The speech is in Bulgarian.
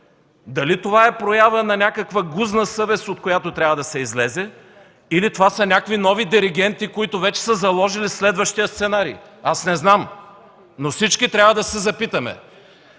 дали това е проява на някаква гузна съвест, от която трябва да се излезе, или това са някои нови диригенти, които вече са заложили следващия сценарий? Аз не знам, но всички трябва да се запитаме.